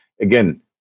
Again